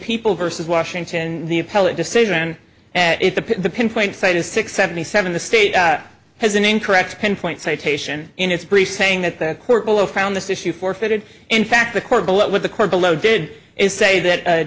people versus washington and the appellate decision and if the pinpoint side is six seventy seven the state has an incorrect pinpoint citation in its brief saying that the court below found this issue forfeited in fact the court below what the court below did is say that